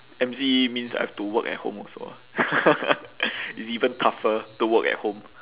M_C means I have to work at home also ah it's even tougher to work at home